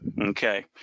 okay